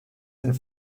and